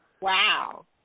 Wow